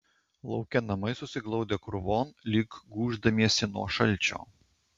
lauke namai susiglaudę krūvon lyg gūždamiesi nuo šalčio